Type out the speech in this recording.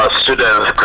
students